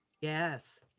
Yes